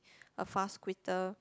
a fast quitter